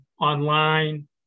online